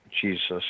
Jesus